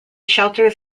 shelters